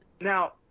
Now